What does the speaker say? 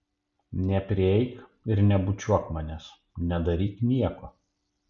neprieik ir nebučiuok manęs nedaryk nieko